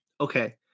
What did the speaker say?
Okay